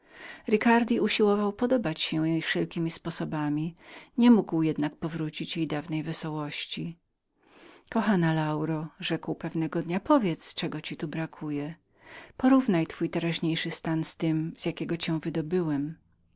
ricardi nadaremnie usiłował podobać się wszelkiemi sposobami nie mógł jednak powrócić jej dawnej żywości kochana lauro rzekł pewnego dnia powiedz na czem ci tu zbywa porównaj twój teraźniejszy stan z tym z jakiego cię wydobyłem